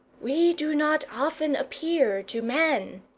we do not often appear to men.